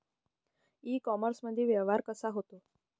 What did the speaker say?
इ कामर्समंदी व्यवहार कसा होते?